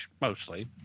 mostly